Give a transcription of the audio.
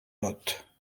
lot